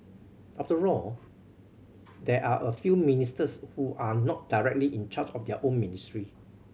after all there are a few ministers who are not directly in charge of their own ministry